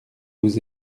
vous